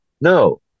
No